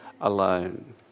alone